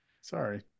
Sorry